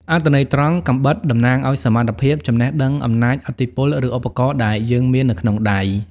អត្ថន័យត្រង់ «កាំបិត» តំណាងឲ្យ សមត្ថភាព ចំណេះដឹង អំណាច ឥទ្ធិពល ឬ ឧបករណ៍ដែលយើងមាននៅក្នុងដៃ។